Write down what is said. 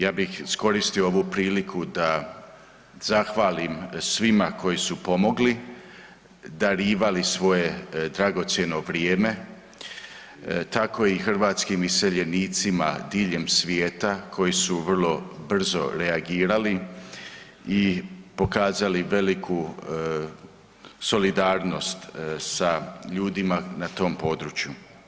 Ja bih iskoristio ovu priliku da zahvalim svima koji su pomogli, darivali svoje dragocjeno vrijeme, tako i hrvatskim iseljenicima diljem svijeta koji su vrlo brzo reagirali i pokazali veliku solidarnost sa ljudima na tom području.